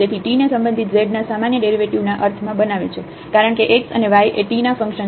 તેથી t ને સંબંધિત z ના સામાન્ય ડેરિવેટિવ ના અર્થ માં બનાવે છે કારણ કે x અને y એ t ના ફંક્શન છે